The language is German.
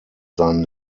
sein